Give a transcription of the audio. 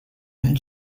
and